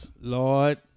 Lord